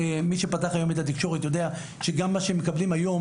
ומי שפתח היום את התקשורת יודע שגם מה שהם מקבלים היום,